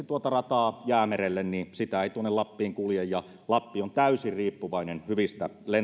tuota rataa jäämerelle ei lappiin kulje ja lappi on täysin riippuvainen hyvistä lentoliikenneyhteyksistä